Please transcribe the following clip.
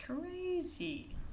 Crazy